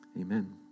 Amen